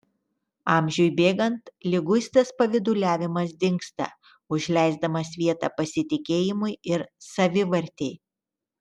amžiui bėgant liguistas pavyduliavimas dingsta užleisdamas vietą pasitikėjimui ir savivartei